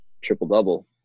triple-double